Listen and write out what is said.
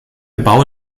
bau